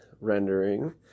rendering